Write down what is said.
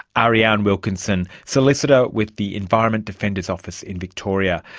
ariane wilkinson, solicitor with the environment defenders office in victoria.